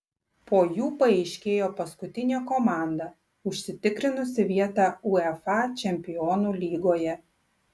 po jų paaiškėjo paskutinė komanda užsitikrinusi vietą uefa čempionų lygoje